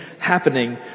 happening